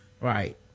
Right